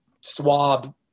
swab